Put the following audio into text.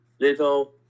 little